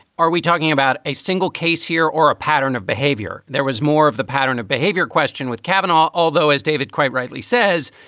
are we talking about a single case here or a pattern of behavior? there was more of the pattern of behavior question with cavanaugh, although as david quite rightly says,